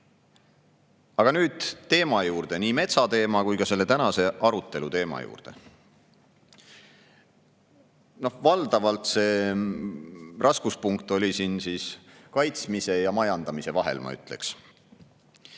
Aga nüüd teema juurde, nii metsateema kui ka tänase arutelu teema juurde. Valdavalt oli see raskuspunkt siin kaitsmise ja majandamise vahel, ma ütleks